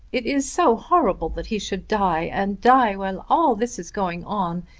it is so horrible that he should die, and die while all this is going on.